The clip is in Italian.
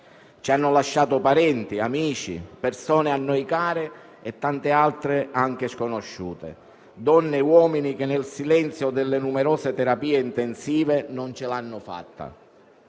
Ci hanno lasciato parenti, amici, persone a noi care e tante altre sconosciute, donne e uomini che, nel silenzio delle numerose terapie intensive, non ce l'hanno fatta.